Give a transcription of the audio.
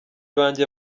banjye